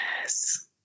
Yes